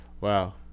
Wow